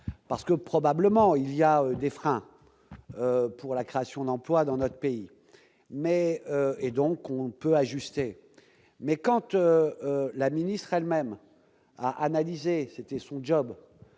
parce que probablement il y a des freins pour la création d'emplois dans notre pays mais et donc on ne peut ajuster, mais quand on la ministre elle-même, a analysé, c'était son job,